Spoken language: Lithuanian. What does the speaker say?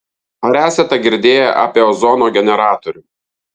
ar esate girdėję apie ozono generatorių